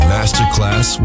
Masterclass